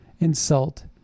insult